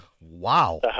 wow